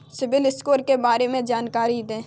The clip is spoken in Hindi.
सिबिल स्कोर के बारे में जानकारी दें?